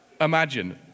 Imagine